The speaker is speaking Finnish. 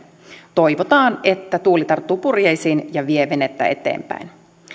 toivotaan että tuuli tarttuu purjeisiin ja vie venettä eteenpäin